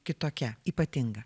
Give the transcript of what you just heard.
kitokia ypatinga